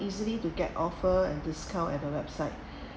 easily to get offer and discount at the website